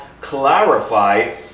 clarify